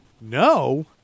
No